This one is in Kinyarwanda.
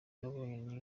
nabonye